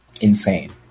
Insane